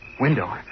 Window